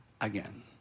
again